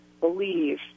believe